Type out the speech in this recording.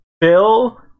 Bill